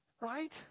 Right